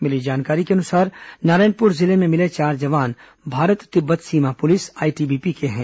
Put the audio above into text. मिली जानकारी के मुताबिक नारायणपुर जिले में मिले चार जवान भारत तिब्बत सीमा पुलिस आईटीबीपी के हैं